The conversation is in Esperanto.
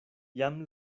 jam